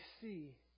see